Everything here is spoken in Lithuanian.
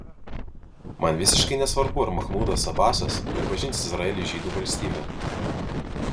man visiškai nesvarbu ar machmudas abasas pripažins izraelį žydų valstybe